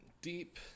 Deep